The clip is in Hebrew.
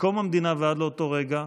מקום המדינה ועד לאותו רגע,